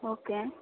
okay